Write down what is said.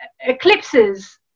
eclipses